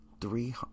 Three